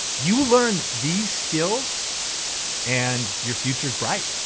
you learn these skills and your future's bright.